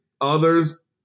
Others